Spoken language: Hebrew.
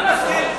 מה זה משנה?